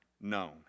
known